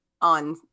on